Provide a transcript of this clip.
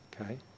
Okay